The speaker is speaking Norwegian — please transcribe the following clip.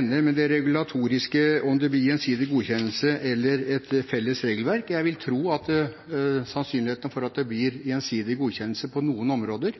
ender med det regulatoriske – om det blir gjensidig godkjennelse eller et felles regelverk. Jeg vil tro at sannsynligheten for at det blir gjensidig godkjennelse på noen områder,